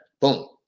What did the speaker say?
boom